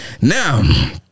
Now